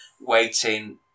waiting